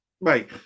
right